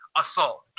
assault